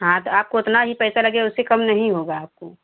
हाँ तो आपको उतना ही पैसा लगे उससे कम नहीं होगा आपको